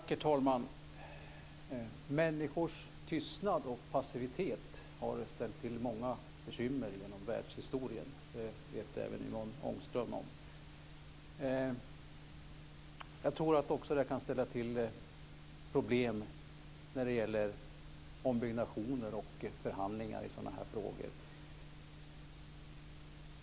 Herr talman! Människors tystnad och passivitet har ställt till många bekymmer genom världshistorien. Det vet även Yvonne Ångström. Jag tror också att det kan ställa till problem när det gäller ombyggnationer och förhandlingar i sådana här frågor.